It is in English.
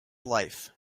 life